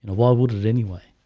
and why would it anyway?